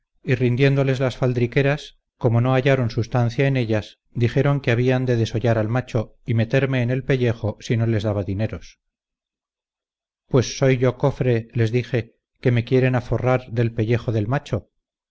rindiéndoles las faldriqueras como no hallaron substancia en ellas dijeron que habían de desollar al macho y meterme en el pellejo si no les daba dineros pues soy yo cofre les dije que me quieren aforrar del pellejo del macho